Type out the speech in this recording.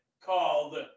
called